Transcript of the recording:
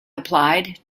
applied